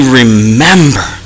remember